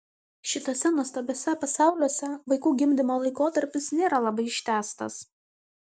šituose nuostabiuose pasauliuose vaikų gimdymo laikotarpis nėra labai ištęstas